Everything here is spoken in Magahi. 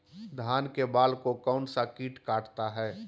धान के बाल को कौन सा किट काटता है?